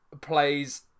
plays